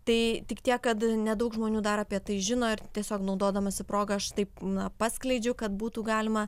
tai tik tiek kad nedaug žmonių dar apie tai žino ir tiesiog naudodamasi proga aš taip na paskleidžiu kad būtų galima